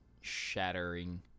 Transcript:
shattering